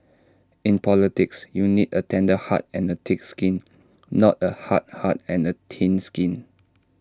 in politics you need A tender heart and A thick skin not A hard heart and thin skin